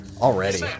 Already